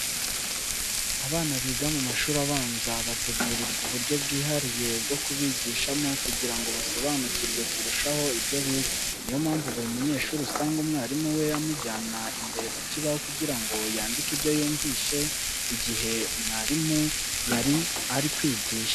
Abana biga mu mashuri abanza bategurirwa uburyo bwihariye bwo kubigishamo kugira ngo basobanukirwe kurushaho ibyo biga. Ni yo mpamvu buri munyeshuri usanga umwarimu we amujyana imbere ku kibaho kugira ngo yandike ibyo yumvise igihe mwarimu yari ari kwigisha.